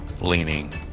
leaning